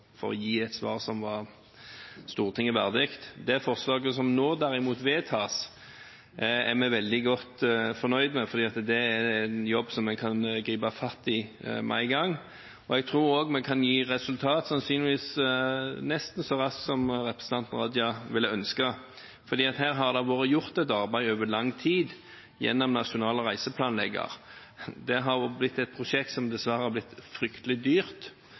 for å gi et svar som var Stortinget verdig. Det forslaget som nå vedtas, derimot, er vi veldig godt fornøyd med, for med det får vi en jobb som vi kan gripe fatt i med en gang, og jeg tror også vi kan gi resultater nesten så raskt som representanten Raja kunne ønske. For her har det vært gjort et arbeid over lang tid gjennom en nasjonal reiseplanlegger. Det har også blitt et prosjekt som dessverre har blitt fryktelig dyrt